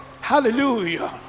Hallelujah